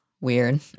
weird